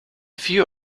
few